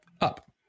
up